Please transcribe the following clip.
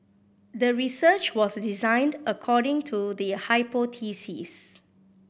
the research was designed according to the hypothesis